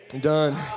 done